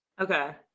Okay